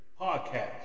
podcast